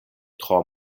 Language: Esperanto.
tro